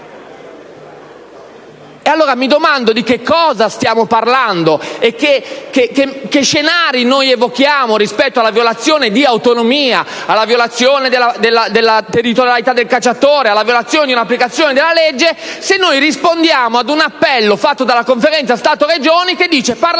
allora di che cosa stiamo parlando e che scenari stiamo evocando rispetto alla violazione di autonomia, alla violazione della territorialità del cacciatore e alla violazione dell'applicazione della legge, se rispondiamo all'appello fatto dalla Conferenza Stato-Regioni che incita il Parlamento italiano a